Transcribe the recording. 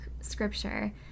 Scripture